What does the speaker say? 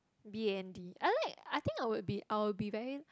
B_A_N_D I like I think I will be I will be very